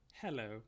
hello